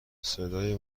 صدای